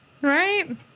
Right